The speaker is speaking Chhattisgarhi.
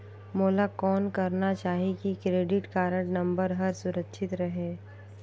मोला कौन करना चाही की क्रेडिट कारड नम्बर हर सुरक्षित रहे?